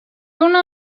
una